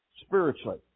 Spiritually